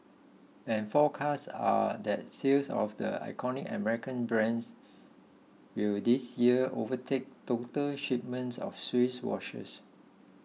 and forecasts are that sales of the iconic American brands will this year overtake total shipments of Swiss watches